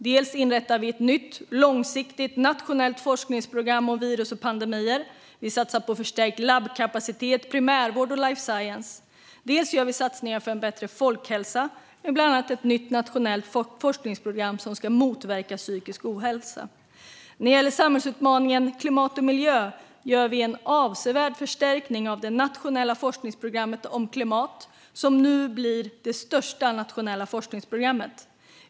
Dels inrättar vi ett nytt långsiktigt nationellt forskningsprogram om virus och pandemier. Vi satsar på förstärkt labbkapacitet, primärvård och life science. Dels gör vi satsningar för en bättre folkhälsa, med bland annat ett nytt nationellt forskningsprogram som ska motverka psykisk ohälsa. När det gäller samhällsutmaningen klimat och miljö gör vi en avsevärd förstärkning av det nationella forskningsprogrammet om klimat, som nu blir det största nationella forskningsprogrammet.